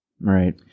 Right